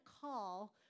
call